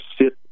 sit